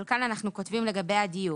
אבל כאן אנחנו כותבים לגבי הדיור: